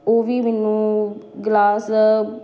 ਉਹ ਵੀ ਮੈਨੂੰ ਗਲਾਸ